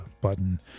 button